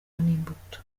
n’imbuto